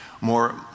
More